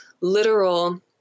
literal